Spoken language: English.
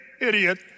idiot